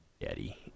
daddy